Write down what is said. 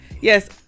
Yes